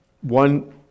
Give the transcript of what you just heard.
One